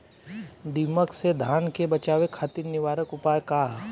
दिमक से धान के बचावे खातिर निवारक उपाय का ह?